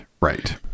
right